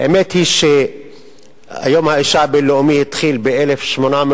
האמת היא שיום האשה הבין-לאומי התחיל ב-1857.